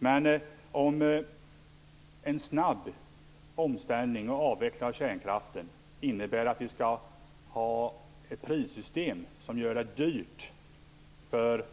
Man måste rimligtvis bli orolig om en snabb omställning och avveckling av kärnkraften innebär att vi skall ha ett prissystem som gör det dyrt för